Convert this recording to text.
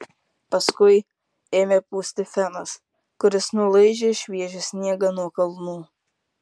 paskui ėmė pūsti fenas kuris nulaižė šviežią sniegą nuo kalnų